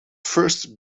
first